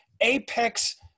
apex